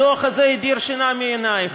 הדוח הזה הדיר שינה מעינייך